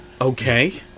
Okay